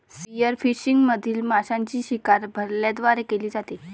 spearfishing मधील माशांची शिकार भाल्यांद्वारे केली जाते